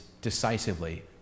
decisively